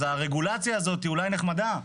אז הרגולציה הזאת אולי נחמדה,